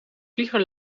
vlieger